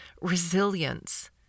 Resilience